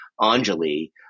Anjali